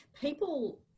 people